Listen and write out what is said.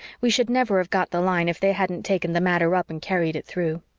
we should never have got the line if they hadn't taken the matter up and carried it through.